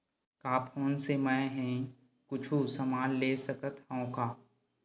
का फोन से मै हे कुछु समान ले सकत हाव का?